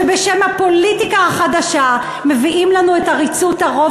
שבשם הפוליטיקה החדשה מביאים לנו את עריצות הרוב